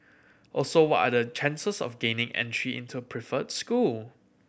also what are the chances of gaining entry into preferred school